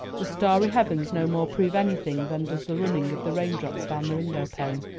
the starry heavens no more prove anything than does the running of the raindrops down the window-pane.